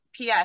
PS